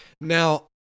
Now